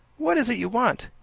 what is it you want?